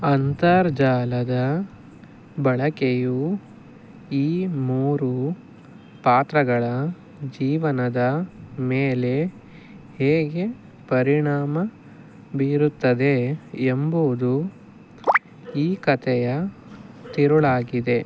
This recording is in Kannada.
ಅಂತರ್ಜಾಲದ ಬಳಕೆಯು ಈ ಮೂರು ಪಾತ್ರಗಳ ಜೀವನದ ಮೇಲೆ ಹೇಗೆ ಪರಿಣಾಮ ಬೀರುತ್ತದೆ ಎಂಬುದು ಈ ಕತೆಯ ತಿರುಳಾಗಿದೆ